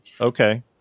Okay